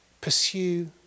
Pursue